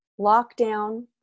lockdown